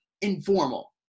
informal